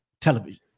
television